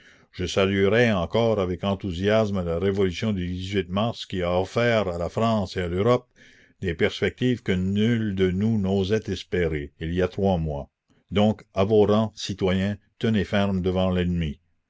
je saluerais encore avec enthousiasme la révolution du mars qui a offert à la france et à l'europe des perspectives que nul de nous n'osait espérer il y a trois mois donc à vos rangs citoyens tenez ferme devant l'ennemi